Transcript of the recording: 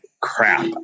crap